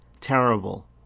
terrible